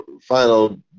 final